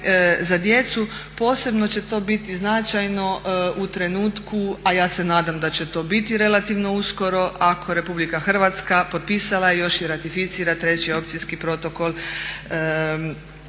za djecu, posebno će to biti značajno u trenutku, a ja se nadam da će to biti relativno uskoro, ako RH potpisala i još i ratificira 3. Opcijski protokol